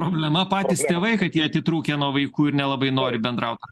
problema patys tėvai kad jie atitrūkę nuo vaikų ir nelabai nori bendraut